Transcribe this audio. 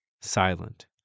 silent